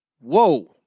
Whoa